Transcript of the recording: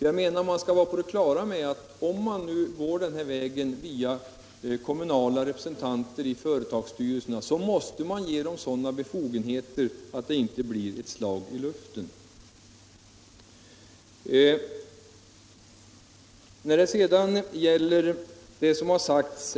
Jag menar att man skall vara på det klara med att om man tar vägen via kommunala representanter i företagsstyrelserna så måste man ge dem sådana befogenheter att det hela inte blir ett slag i luften.